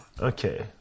Okay